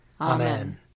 Amen